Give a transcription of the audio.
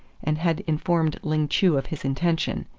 and had informed ling chu of his intention.